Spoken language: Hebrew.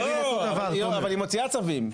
לא, אבל היא מוציאה צווים.